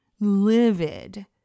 livid